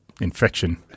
infection